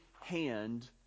hand